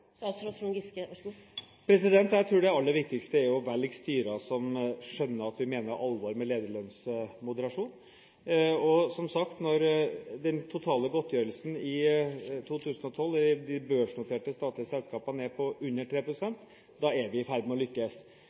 som skjønner at vi mener alvor med lederlønnsmoderasjon. Som sagt, når den totale godtgjørelsen i 2012 i de børsnoterte statlige selskapene er på under 3 pst., er vi i ferd med å lykkes.